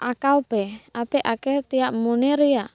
ᱟᱠᱟᱣᱯᱮ ᱟᱯᱮ ᱟᱠᱟᱣᱛᱮᱭᱟᱜ ᱢᱚᱱᱮ ᱨᱮᱭᱟᱜ